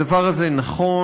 הדבר הזה נכון.